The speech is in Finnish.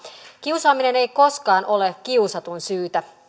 kiusaaminen ei koskaan ole kiusatun syytä